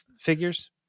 figures